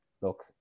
look